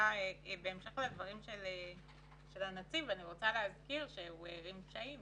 בהמשך לדברים של הנציב אני רוצה להזכיר שהוא הערים קשיים